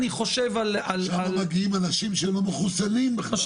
לשם מגיעים אנשי שהם לא מחוסנים בכלל.